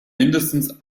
mindestens